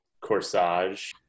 corsage